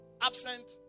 Absent